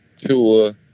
Tua